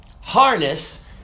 harness